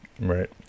Right